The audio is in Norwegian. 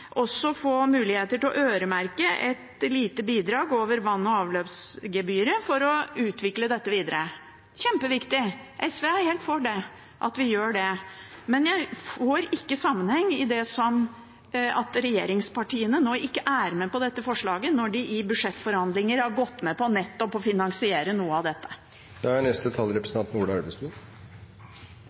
også kan få muligheter til å øremerke et lite bidrag over vann- og avløpsgebyret for å utvikle dette videre. Det er kjempeviktig. SV er helt for at vi gjør det. Men jeg får ikke sammenheng i at regjeringspartiene nå ikke er med på dette forslaget når de i budsjettforhandlinger har gått med på nettopp å finansiere noe av dette. Jeg skal ikke forlenge debatten, men prøve å være litt kort. Vann og avløp er